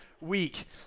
week